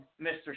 Mr